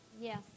Yes